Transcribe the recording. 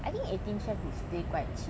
they add to the experience